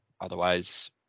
Otherwise